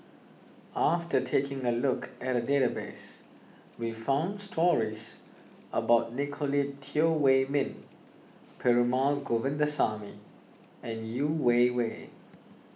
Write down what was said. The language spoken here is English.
after taking a look at the database we found stories about Nicolette Teo Wei Min Perumal Govindaswamy and Yeo Wei Wei